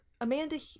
Amanda